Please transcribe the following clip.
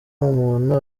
umuntu